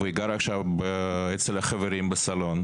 היא גרה עכשיו אצל חברים בסלון,